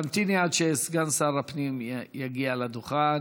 תמתיני עד שסגן שר הפנים יגיע לדוכן.